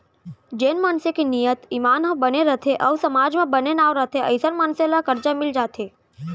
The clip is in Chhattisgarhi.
जेन मनसे के नियत, ईमान ह बने रथे अउ समाज म बने नांव रथे अइसन मनसे ल करजा मिल जाथे